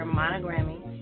monogramming